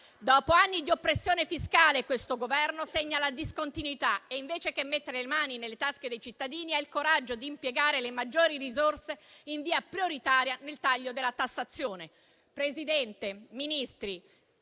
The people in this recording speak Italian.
Dopo anni di oppressione fiscale, questo Governo segna la discontinuità e, invece che mettere le mani nelle tasche dei cittadini, ha il coraggio di impiegare le maggiori risorse in via prioritaria nel taglio della tassazione.